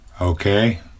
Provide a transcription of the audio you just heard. Okay